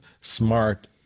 Smart